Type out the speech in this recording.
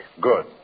Good